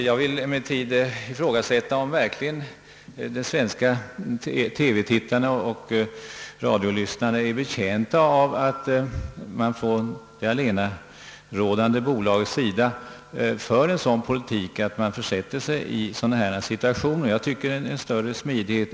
Jag vill emellertid ifrågasätta, om de svenska TV-tittarna och radiolyssnarna verkligen är betjänta av att man från det allenarådande bolagets sida för en sådan politik att man försätter sig i en situation som denna.